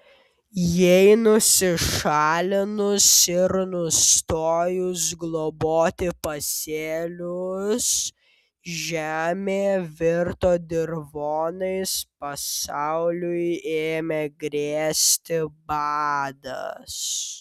jai nusišalinus ir nustojus globoti pasėlius žemė virto dirvonais pasauliui ėmė grėsti badas